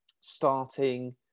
starting